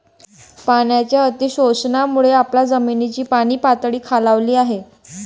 पाण्याच्या अतिशोषणामुळे आपल्या जमिनीची पाणीपातळी खालावली आहे